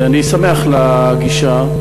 אני שמח על הגישה.